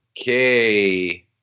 Okay